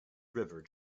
river